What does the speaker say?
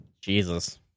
jesus